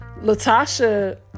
Latasha